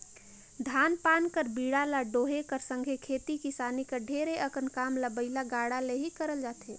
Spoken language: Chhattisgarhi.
धान पान कर बीड़ा ल डोहे कर संघे खेती किसानी कर ढेरे अकन काम ल बइला गाड़ा ले ही करल जाथे